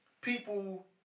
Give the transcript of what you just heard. people